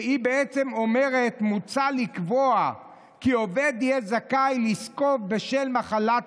אומרת: מוצע לקבוע כי עובד יהיה זכאי לזקוף בשל מחלת